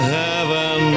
heaven